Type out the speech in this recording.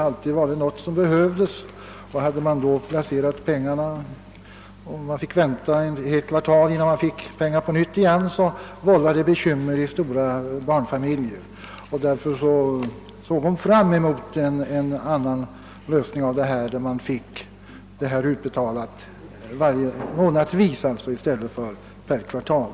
Alltid var det något som behövdes, och hade man då redan placerat pengarna och måste vänta ett helt kvartal innan man fick pengar på nytt vållades familjer med många barn stora bekymmer. Hon såg därför fram mot en ändring som innebar att barnbidraget betalades ut månadsvis i stället för kvartalsvis.